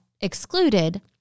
excluded